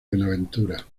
buenaventura